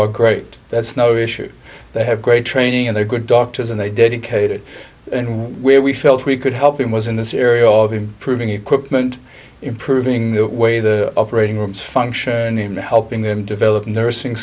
all great that's no issue they have great training and they're good doctors and they dedicated and where we felt we could help him was in this area all the proving equipment improving the way the operating rooms function in helping them develop nursing